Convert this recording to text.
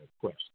question